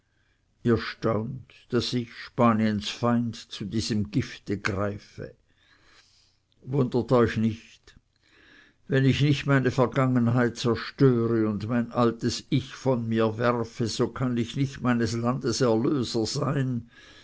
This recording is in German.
ihr staunt daß ich spaniens feind zu diesem gifte greife wundert euch nicht wenn ich nicht meine vergangenheit zerstöre und mein altes ich von mir werfe so kann ich nicht meines landes erlöser sein